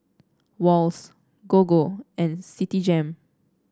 Wall's Gogo and Citigem